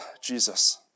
Jesus